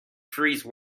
freeze